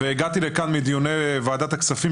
הגעתי לכאן מדיוני ועדת הכספים.